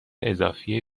اضافی